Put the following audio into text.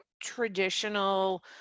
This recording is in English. traditional